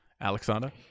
Alexander